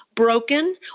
broken